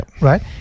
right